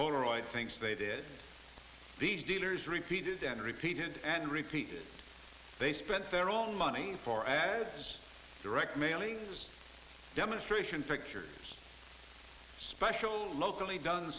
polaroid things they did these dealers repeated and repeated and repeated they spent their own money for ads direct mailings demonstration pictures special locally done